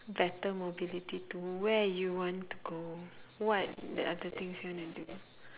better mobility to where you want to go what the other things you want to do